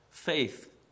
Faith